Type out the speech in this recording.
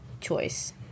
choice